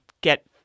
get